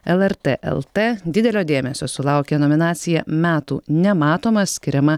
lrt lt didelio dėmesio sulaukė nominacija metų nematomas skiriama